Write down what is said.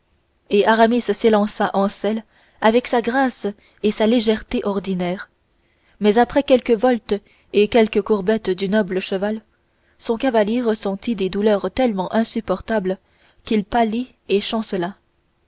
et aramis s'élança en selle avec sa grâce et sa légèreté ordinaire mais après quelques voltes et quelques courbettes du noble animal son cavalier ressentit des douleurs tellement insupportables qu'il pâlit et chancela